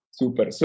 super